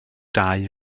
dau